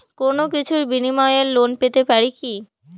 কোনো কিছুর বিনিময়ে লোন পেতে পারি কি?